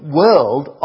world